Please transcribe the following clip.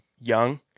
young